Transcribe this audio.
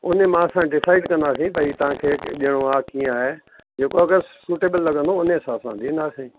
उन में असां डिसाइड कंदासीं भई तव्हां खे ॾियणो आहे कीअं आहे जेको अगरि सुटेबल लॻंदो उन जे हिसाब सां ॾींदासीं